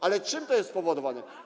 Ale czym to jest spowodowane?